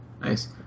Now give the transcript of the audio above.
Nice